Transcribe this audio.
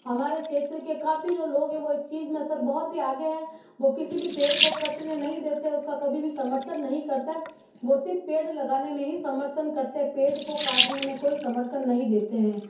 हमारे क्षेत्र के काफ़ी जो लोग हैं वो इस चीज़ में सर बहुत ही आगे हैं वो किसी भी पेड़ को कटने नहीं देते उसका कभी भी समर्थन नहीं करते हैं वो सिर्फ़ पेड़ लगाने में ही समर्थन करते हैं पेड़ को काटने में कोई समर्थन नहीं देते हैं